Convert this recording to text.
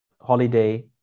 holiday